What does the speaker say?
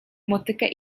motykę